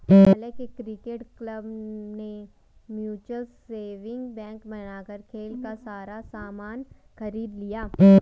विद्यालय के cricket club ने म्यूचल सेविंग बैंक बनाकर खेल का सारा सामान खरीद लिया